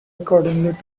according